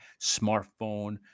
smartphone